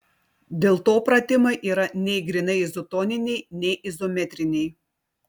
dėl to pratimai yra nei grynai izotoniniai nei izometriniai